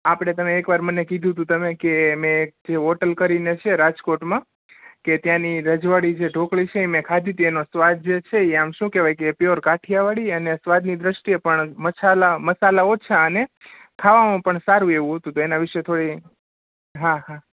આપળે તમે એકવાર મને કીધુંધૂ તમે કે મે એક જે હોટેલ કરીને છે રાજકોટમાં કે ત્યાંની રજવાળી જે ઢોકળી સે ઇ મે ખાધીતી એનો સ્વાદ જે છે ઇ આમ શું કેવાય કે પ્યોર કાઠિયાવાળી અને સ્વાદની દ્રષ્ટિએ પણ મસાલા ઓછા અને ખાવામાં પણ સારું એવું હતું તો એના વિષે થોળિ હા હા